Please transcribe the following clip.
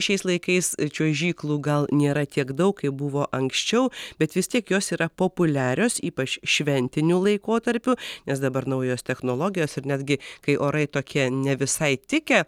šiais laikais čiuožyklų gal nėra tiek daug kaip buvo anksčiau bet vis tiek jos yra populiarios ypač šventiniu laikotarpiu nes dabar naujos technologijos ir netgi kai orai tokie ne visai tikę